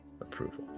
approval